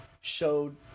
showed